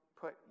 put